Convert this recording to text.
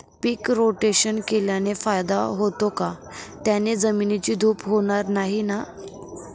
पीक rotation केल्याने फायदा होतो का? त्याने जमिनीची धूप होणार नाही ना?